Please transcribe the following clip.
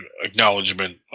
acknowledgement